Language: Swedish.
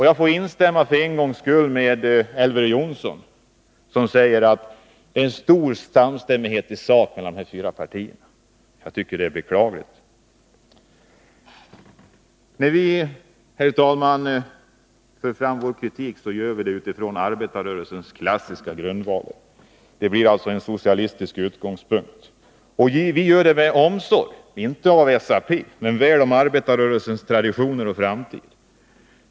Jag får en gångs skull instämma med Elver Jonsson, som säger att det är stor samstämmighet i sak mellan de fyra partierna. Jag tycker att detta är beklagligt. När vi, herr talman, för fram vår kritik gör vi det utifrån arbetarrörelsens klassiska grundvalar. Vi har alltså en socialistisk utgångspunkt. Vi gör det av omsorg inte om SAP men väl om arbetarrörelsens traditioner och framtid.